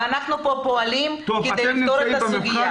אנחנו פה פועלים כדי לפתור את הסוגיה.